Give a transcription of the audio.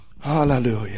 Hallelujah